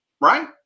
right